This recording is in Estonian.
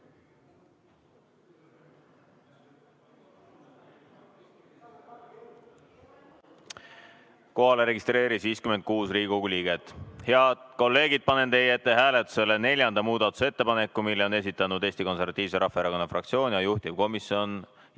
Kohalolijaks registreerus 56 Riigikogu liiget. Head kolleegid, panen teie ette hääletusele neljanda muudatusettepaneku, mille on esitanud Eesti Konservatiivse Rahvaerakonna fraktsioon ja mille juhtivkomisjon